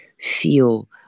feel